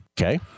Okay